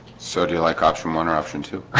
so do you like option one or option two